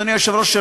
אדוני היושב-ראש,